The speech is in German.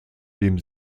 dem